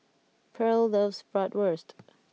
Pearle loves Bratwurst